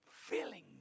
filling